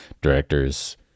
directors